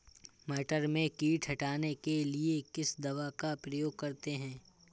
मटर में कीट हटाने के लिए किस दवा का प्रयोग करते हैं?